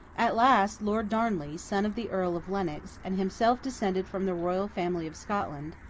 at last, lord darnley, son of the earl of lennox, and himself descended from the royal family of scotland,